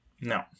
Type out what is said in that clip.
No